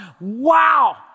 Wow